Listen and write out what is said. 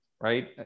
right